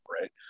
right